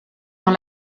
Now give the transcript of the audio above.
dans